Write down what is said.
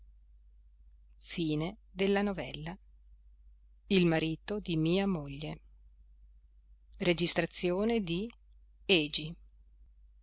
conosco bene il marito futuro di mia moglie e